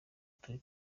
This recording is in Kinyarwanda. kuri